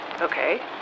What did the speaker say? Okay